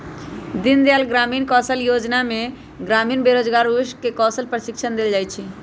दीनदयाल ग्रामीण कौशल जोजना में ग्रामीण बेरोजगार जुबक के कौशल प्रशिक्षण देल जाइ छइ